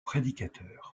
prédicateurs